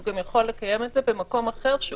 הוא גם יכול לקיים את זה במקום אחר,